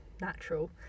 natural